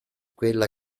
quella